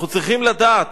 אנחנו צריכים לדעת